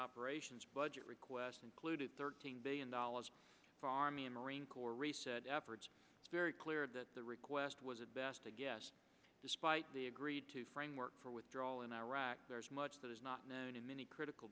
operations budget request included thirteen billion dollars for army and marine corps reset efforts very clear that the request was at best a guess despite the agreed to framework for withdrawal in iraq there is much that is not known and many critical